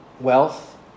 wealth